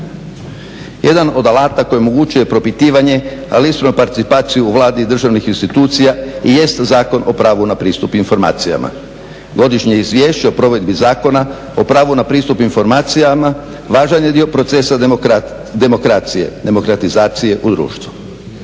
Jedan od alata koji omogućuje propitivanje, ali …/Govornik se ne razumije./… participaciju u Vladi državnih institucija i jest Zakon o pravu na pristup informacijama. Godišnje izvješće o provedbi Zakona o pravu na pristup informacijama važan je dio procesa demokracije, demokratizacije u društvu.